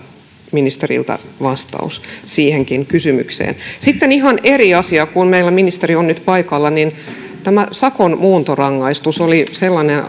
ministeriltä vastaus siihenkin kysymykseen sitten ihan eri asia kun meillä ministeri on nyt paikalla sakon muuntorangaistus oli sellainen